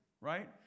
right